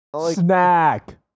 Snack